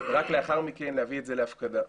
ורק לאחר מכן להביא את זה להפקדה.